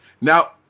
Now